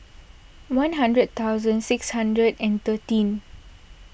one hundred thousand six hundred and thirteen